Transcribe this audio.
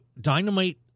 Dynamite